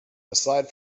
aside